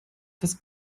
das